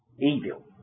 evil